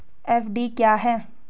FD क्या है?